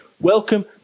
Welcome